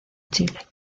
chile